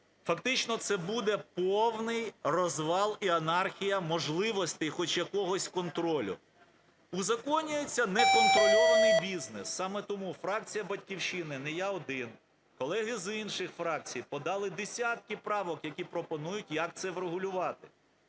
Фактично це буде повний розвал і анархія можливостей хоч якогось контролю. Узаконюється неконтрольований бізнес. Саме тому фракція "Батьківщина", не я один, колеги з інших фракцій подали десятки правок, які пропонують, як це врегулювати.